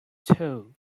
two